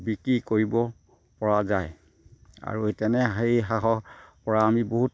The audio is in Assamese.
বিক্ৰী কৰিব পৰা যায় আৰু তেনে সেই হাঁহৰ পৰা আমি বহুত